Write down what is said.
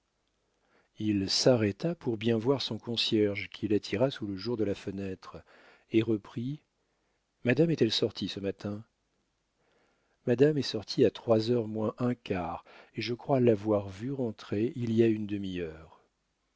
il s'arrêta pour bien voir son concierge qu'il attira sous le jour de la fenêtre et reprit madame est-elle sortie ce matin madame est sortie à trois heures moins un quart et je crois l'avoir vue rentrer il y a une demi-heure